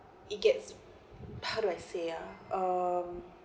it gets how do I say ah um